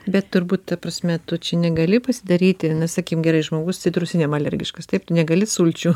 bet turbūt ta prasme tu čia negali pasidaryti na sakykim gerai žmogus citrusiniam alergiškas taip tu negali sulčių